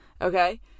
Okay